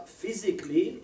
physically